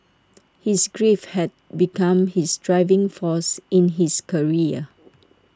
his grief had become his driving force in his career